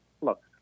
look